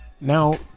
Now